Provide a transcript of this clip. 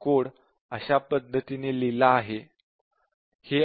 code कशा पद्धतीने लिहिला आहे हे